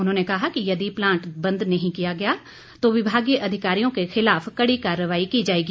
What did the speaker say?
उन्होंने कहा कि यदि प्लांट बंद नहीं किया तो विभागीय अधिकारियों के खिलाफ कड़ी कार्रवाई की जाएगी